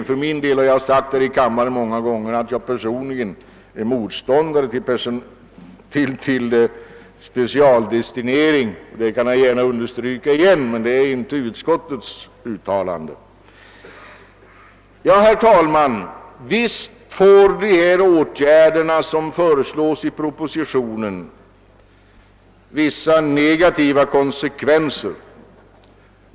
För min del har jag många gånger sagt här i kammaren att jag personligen är motståndare till specialdestinering. Det kan jag gärna upprepa; det är alltså inte utskottets uttalande. Herr talman! Visst får de åtgärder som föreslås i propositionen vissa negativa konsekvenser.